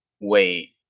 Wait